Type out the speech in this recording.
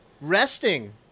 resting